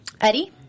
Eddie